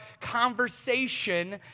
conversation